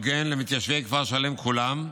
לפינוי ולפיצוי הוגן למתיישבי כפר שלם כולם.